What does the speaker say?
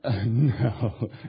No